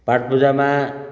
पाठ पूजामा